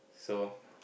so